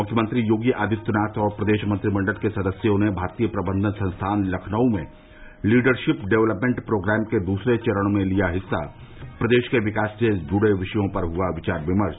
मुख्यमंत्री योगी आदित्यनाथ और प्रदेश मंत्रिमंडल के सदस्यों ने भारतीय प्रबंधन संस्थान लखनऊ में लीडरशिप डेवलपमेंट प्रोग्राम के दूसरे चरण में लिया हिस्सा प्रदेश के विकास से जुड़े विषयों पर हुआ विचार विमर्श